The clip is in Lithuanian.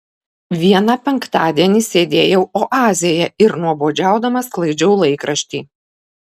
vieną penktadienį sėdėjau oazėje ir nuobodžiaudama sklaidžiau laikraštį